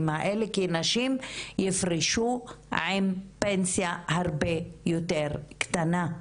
האלה כי נשים יפרשו עם פנסיה הרבה יותר קטנה,